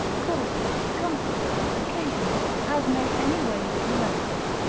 causes, companies, occasions, as may any ways molest him,